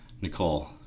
Nicole